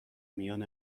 میان